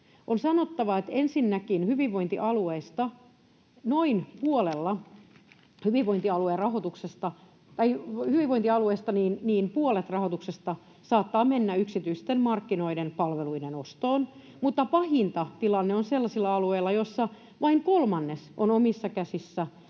On sanottava, että ensinnäkin hyvinvointialueilla noin puolet rahoituksesta saattaa mennä yksityisten markkinoiden palveluiden ostoon, mutta pahinta tilanne on sellaisilla alueilla, joilla vain kolmannes on omissa käsissä